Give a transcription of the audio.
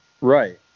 Right